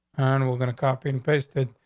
and we're gonna copy and paste it.